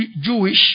Jewish